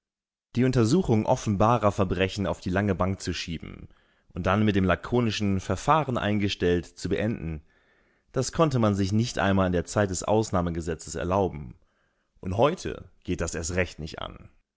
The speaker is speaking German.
die untersuchung offenbarer verbrechen auf die lange bank zu schieben und dann mit dem lakonischen verfahren eingestellt zu beenden das konnte man sich nicht einmal in der zeit des ausnahmegesetzes erlauben und heute geht das erst recht nicht an